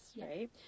right